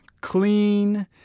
clean